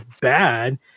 bad